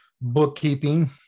Bookkeeping